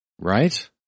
Right